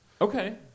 Okay